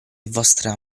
vostra